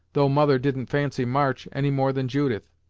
though mother didn't fancy march any more than judith.